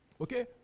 Okay